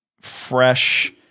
fresh